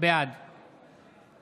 בעד